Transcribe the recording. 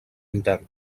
intern